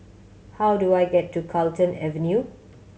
how do I get to Carlton Avenue